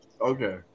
Okay